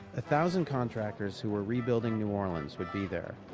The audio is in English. a thousand contractors who were rebuilding new orleans would be there.